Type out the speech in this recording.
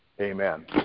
Amen